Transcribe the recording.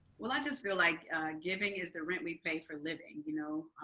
well, i just feel like giving is the rent we pay for living. you know